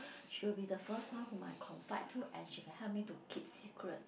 she will be the first one whom I confide to and she can help me to keep secret